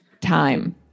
time